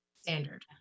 standard